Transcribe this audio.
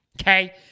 Okay